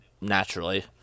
naturally